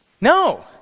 No